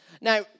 Now